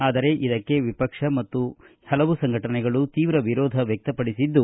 ಆದರೆ ಇದಕ್ಕೆ ವಿಪಕ್ಷ ಮತ್ತು ಹಲವು ಸಂಘಟನೆಗಳು ತೀವ್ರ ವಿರೋಧ ವ್ಯಕ್ತಪಡಿಸಿದ್ದು